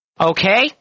Okay